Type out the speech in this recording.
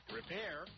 repair